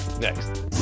next